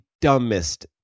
dumbest